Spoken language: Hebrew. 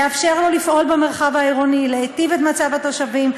לאפשר לו לפעול במרחב העירוני ולהיטיב את מצב התושבים.